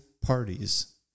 parties